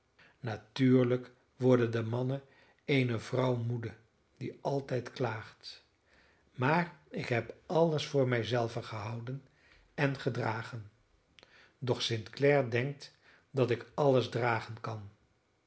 natuurlijk worden de mannen eene vrouw moede die altijd klaagt maar ik heb alles voor mij zelve gehouden en gedragen doch st clare denkt dat ik alles dragen kan